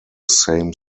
same